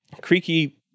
creaky